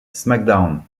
smackdown